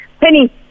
Penny